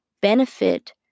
benefit